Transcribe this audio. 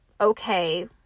okay